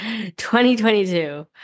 2022